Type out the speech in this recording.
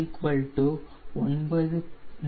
09 4